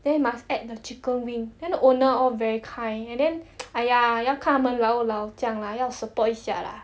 then you must add the chicken wing then the owner all very kind and then !aiya! 要看他们老老这样 lah 要 support 一下 lah